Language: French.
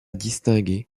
distinguer